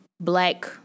black